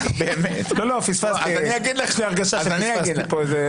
יש לי הרגשה שפספסתי פה.